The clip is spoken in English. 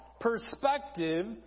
perspective